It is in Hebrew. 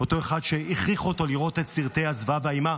אותו אחד שהכריחו אותו לראות את סרטי הזוועה והאימה.